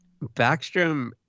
Backstrom